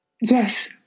Yes